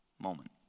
moment